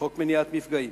חוק מניעת מפגעים,